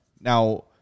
Now